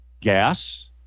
gas